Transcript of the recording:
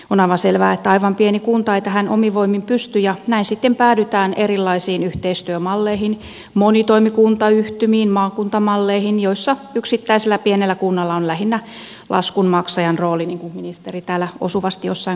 on aivan selvää että aivan pieni kunta ei tähän omin voimin pysty ja näin sitten päädytään erilaisiin yhteistyömalleihin monitoimikuntayhtymiin maakuntamalleihin joissa yksittäisellä pienellä kunnalla on lähinnä laskunmaksajan roolin niin kuin ministeri täällä osuvasti jossain kohtaa sanoi